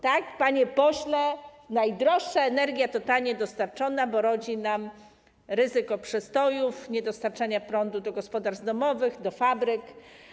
Tak, panie pośle, najdroższa energia to ta niedostarczona, bo rodzi ryzyko przestojów, niedostarczania prądu do gospodarstw domowych, do fabryk.